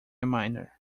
minor